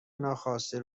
ناخواسته